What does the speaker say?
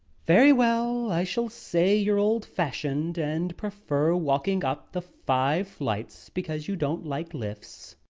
very well. i shall say you're old-fashioned, and prefer walking up the five flights because you don't like lifts.